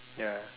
ya